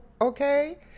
okay